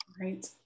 Right